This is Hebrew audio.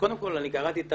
קודם כל, אני קראתי את